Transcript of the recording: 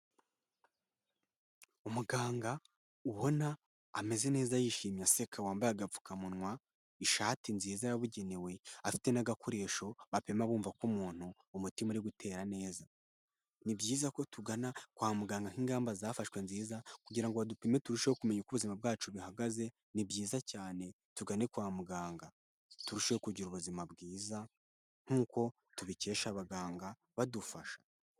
Umuganga ubona ameze neza yishimye aseka, wambaye agapfukamunwa, ishati nziza yabugenewe afite n'agakoresho bapima bumva ko umuntu umutima uri gutera neza. Ni byiza ko tugana kwa muganga nk'ingamba zafashwe nziza kugira ngo dupime turusheho kumenya uko ubuzima bwacu bihagaze, ni byiza cyane, tugane kwa muganga turusheho kugira ubuzima bwiza nk'uko tubikesha abaganga badufasha.